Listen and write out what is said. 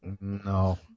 No